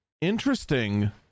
interesting